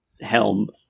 helm